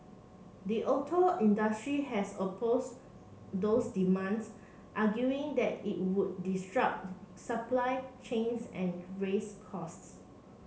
the auto industry has oppose those demands arguing that it would disrupt supply chains and raises costs